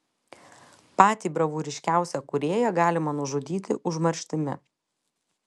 patį bravūriškiausią kūrėją galima nužudyti užmarštimi